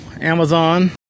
Amazon